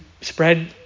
spread